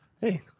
Hey